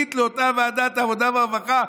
רביעית לאותה ועדת העבודה והרווחה,